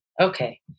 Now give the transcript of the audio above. Okay